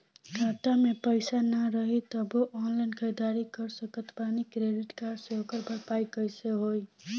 खाता में पैसा ना रही तबों ऑनलाइन ख़रीदारी कर सकत बानी क्रेडिट कार्ड से ओकर भरपाई कइसे होई?